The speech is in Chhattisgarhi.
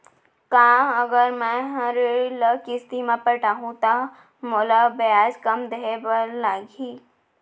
का अगर मैं हा ऋण ल किस्ती म पटाहूँ त मोला ब्याज कम देहे ल परही?